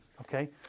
Okay